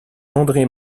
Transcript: andré